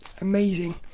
amazing